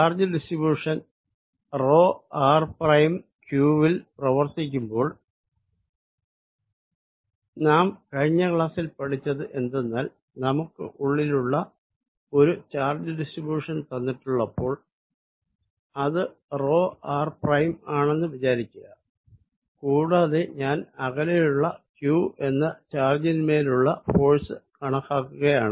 charge distribution ρ r q വിൽ പ്രവർത്തിക്കുമ്പോൾ നാം കഴിഞ്ഞ ക്ലാസ്സിൽ പഠിച്ചത് എന്തെന്നാൽ നമുക്ക് ഉള്ളിലുള്ള ഒരു ചാർജ് ഡിസ്ട്രിബ്യൂഷൻ തന്നിട്ടുള്ളപ്പോൾ ഇത്റോ ആർ പ്രൈം ആണെന്ന് വിചാരിക്കുക കൂടാതെ ഞാൻ അകലെയുള്ള q എന്ന ചാർജിൻമേലുള്ള ഫോഴ്സ് കണക്കാക്കുകയാണ്